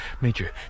Major